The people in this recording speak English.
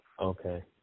Okay